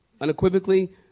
unequivocally